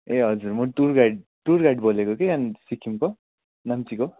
ए हजुर म tour guide tour guide बोलेको कि अनि सिक्किमको नाम्चीको